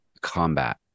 combat